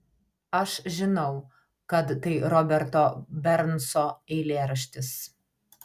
aš žinau kad tai roberto bernso eilėraštis